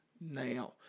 now